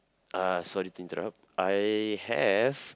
uh sorry to interrupt I have